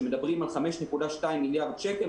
שמדברים על 5.2 מיליארד שקל,